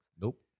Nope